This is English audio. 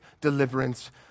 deliverance